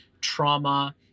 trauma